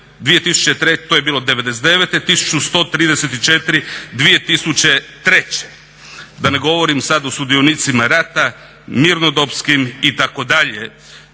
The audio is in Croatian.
1309, to je bilo '99., 1134 2003. Da ne govorim sada o sudionicima rata, mirnodopskim itd.,